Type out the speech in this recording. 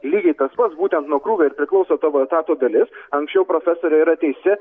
lygiai tas pats būtent nuo krūvio ir priklauso tavo etato dalis anksčiau profesorė yra teisi